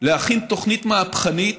להכין תוכנית מהפכנית,